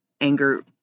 anger